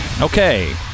Okay